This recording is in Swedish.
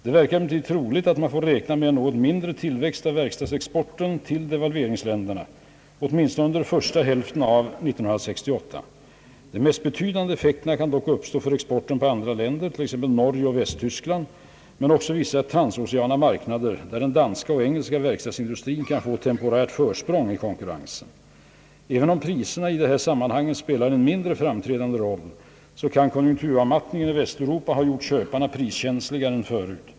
Det verkar emellertid troligt, att man får räkna med en något mindre tillväxt av verkstadsexporten tili devalveringsländerna, åtminstone under första hälften av 1968. De mest betydande effekterna kan dock uppstå för exporten på andra länder, t.ex. Norge och Västtyskland men också vissa transoceana marknader, där den danska och engelska verkstadsindustrin kan få ett temporärt försprång i konkurrensen. Även om priserna i de här sammanhangen spelar en mindre framträdande roll, kan konjunkturavmattningen i Västeuropa ha gjort köparna priskänsligare än förut.